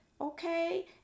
okay